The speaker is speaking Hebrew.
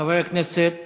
חבר הכנסת